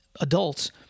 adults